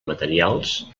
materials